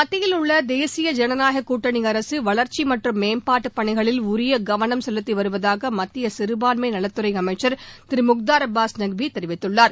மத்தியில் உள்ள தேசிய ஜனநாயகக் கூட்டணி அரசு வளர்ச்சி மற்றும் மேம்பாட்டுப் பணிகளில் உரிய கவனம் செலுத்தி வருவதாக மத்திய சிறபான்மை நலத்துறை அமைச்ச் முக்தார் அப்பாஸ் நக்வி தெரிவித்துள்ளார்